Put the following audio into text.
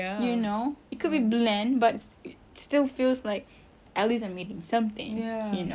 you know it could be bland but it still feels like at least I'm eating something you know